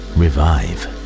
revive